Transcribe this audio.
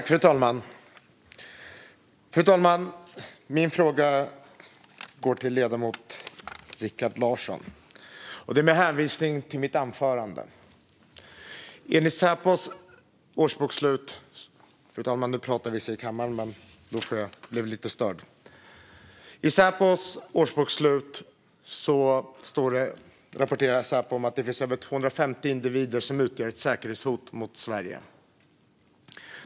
Fru talman! Min fråga går till ledamoten Rikard Larsson med hänvisning till mitt anförande. Nu pratar vissa i kammaren, fru talman. Jag blev lite störd. I sitt årsbokslut rapporterar Säpo att det finns över 250 individer som utgör ett säkerhetshot mot Sverige.